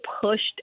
pushed